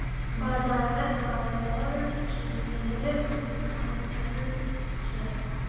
बाजारत ब्रायलर चिकनेर की दाम च ल छेक